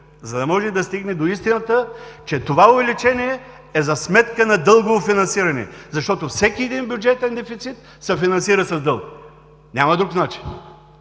за да може да стигне до истината, че това увеличение е за сметка на дългово финансиране, защото всеки един бюджетен дефицит се финансира с дълг. Няма друг начин!